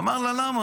הוא אמר לה: למה?